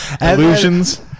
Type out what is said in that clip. Illusions